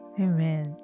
amen